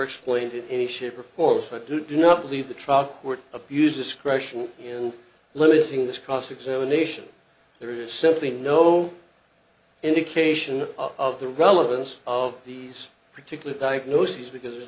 explained in any shape or form of a do do not leave the truck were abused discretion in losing this cross examination there is simply no indication of the relevance of these particular diagnoses because there's